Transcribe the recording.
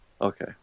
Okay